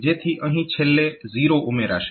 જેથી અહીં છેલ્લે 0 ઉમેરાશે